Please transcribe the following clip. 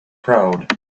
crowd